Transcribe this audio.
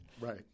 Right